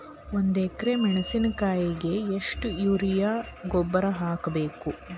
ಒಂದು ಎಕ್ರೆ ಮೆಣಸಿನಕಾಯಿಗೆ ಎಷ್ಟು ಯೂರಿಯಾ ಗೊಬ್ಬರ ಹಾಕ್ಬೇಕು?